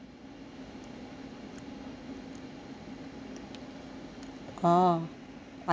ah I see